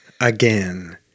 again